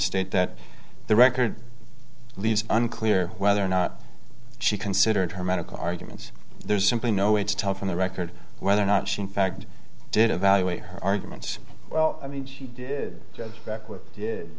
state that the record leaves unclear whether or not she considered her medical arguments there's simply no way to tell from the record whether or not she in fact did evaluate her arguments well i mean she did